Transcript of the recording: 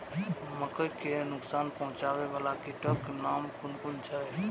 मके के नुकसान पहुँचावे वाला कीटक नाम कुन कुन छै?